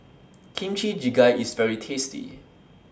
Kimchi Jjigae IS very tasty